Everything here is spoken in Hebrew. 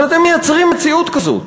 אבל אתם מייצרים מציאות כזאת,